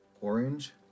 orange